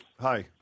Hi